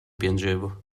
piangevo